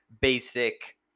basic